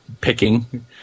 picking